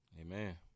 Amen